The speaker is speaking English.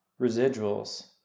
residuals